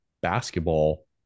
basketball